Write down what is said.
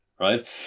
Right